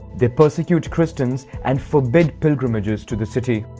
they persecute christians and forbid pilgrimages to the city.